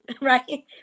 Right